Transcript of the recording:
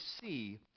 see